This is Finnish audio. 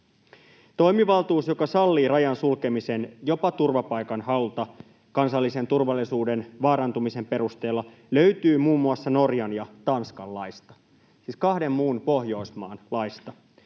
Toimivaltuus, joka sallii rajan sulkemisen jopa turvapaikanhaulta kansallisen turvallisuuden vaarantumisen perusteella, löytyy muun muassa Norjan ja Tanskan laista, siis kahden muun Pohjoismaan laista.